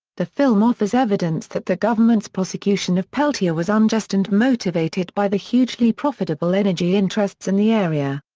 the film offers evidence that the government's prosecution of peltier was unjust and motivated by the hugely profitable energy interests in the area.